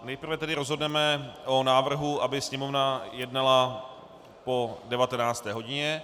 Nejprve rozhodneme o návrhu, aby Sněmovna jednala po 19. hodině.